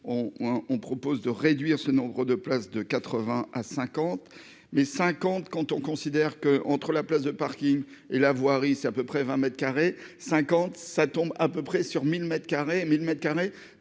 on propose de réduire ce nombre de places de 80 à 50. Les cinquante quand on considère que, entre la place de parking et la voirie, c'est à peu près vingt mètres carrés cinquante ça tombe à peu près sur 1000 mètres carrés 1000 mètres carrés